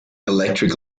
electric